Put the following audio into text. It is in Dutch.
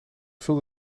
vulde